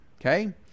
Okay